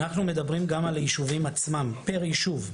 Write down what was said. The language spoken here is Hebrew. אנחנו מדברים גם על היישובים עצמם פר יישוב,